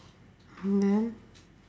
then